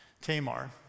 Tamar